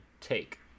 take